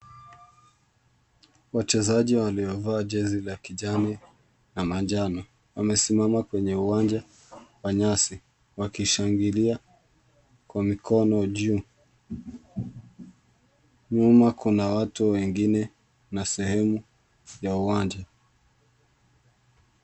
Wachezaji waliovaa jezi la kijani na manjano wamesimama kwenye uwanja wa nyasi wakishangilia kwa mikono juu. Nyuma kuna watu wengine na sehemu ya uwanja.